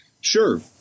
Sure